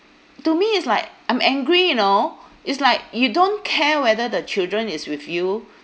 to me is like I'm angry you know is like you don't care whether the children is with you